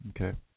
Okay